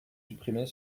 supprimer